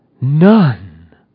None